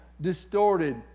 distorted